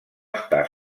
està